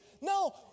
No